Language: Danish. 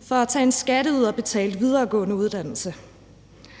for at tage en skatteyderbetalt videregående uddannelse,